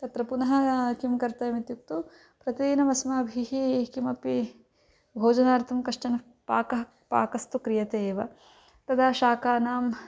तत्र पुनः किं कर्तव्यम् इत्युक्तौ प्रतिदिनम् अस्माभिः किमपि भोजनार्थं कश्चन पाकः पाकस्तु क्रियते एव तदा शाकानां